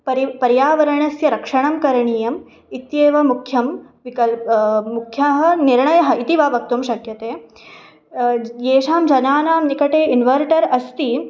परि पर्यावरणस्य रक्षणं करणीयम् इत्येव मुख्यं विकल्पः मुख्यः निर्णयः इति वा वक्तुं शक्यते एषां जनानां निकटे इनवर्टर् अस्ति